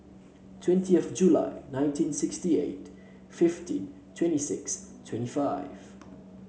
twentieth July nineteen sixty eight fifteen twenty six twenty five